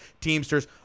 Teamsters